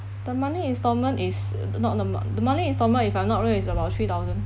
the monthly instalment is the monthly instalment if I'm not wrong is about three thousand